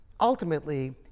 ultimately